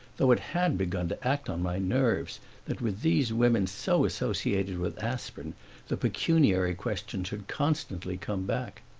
though it had begun to act on my nerves that with these women so associated with aspern the pecuniary question should constantly come back.